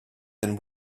than